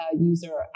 user